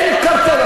אין קרטל.